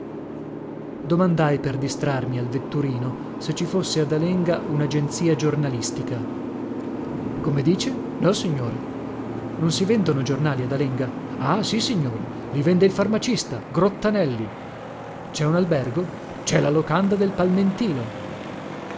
domandai per distrarmi al vetturino se ci fosse ad alenga unagenzia giornalistica come dice nossignore non si vendono giornali ad alenga ah sissignore i vende il farmacista grottanelli cè un albergo cè la locanda del palmentino